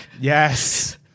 Yes